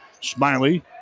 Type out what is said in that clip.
Smiley